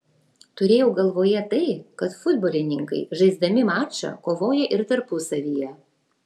turėjau galvoje tai kad futbolininkai žaisdami mačą kovoja ir tarpusavyje